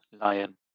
lion